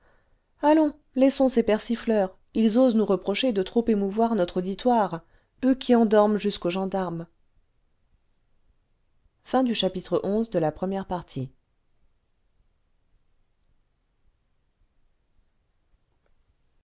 allons laissons ces persifleurs ils osent nous reprocher de trop émouvoir notre auditoire eux qui endorment jusqu'aux gendarmes